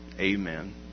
amen